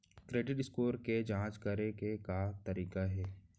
Credit score के जाँच करे के का तरीका हे?